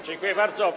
Dziękuję bardzo.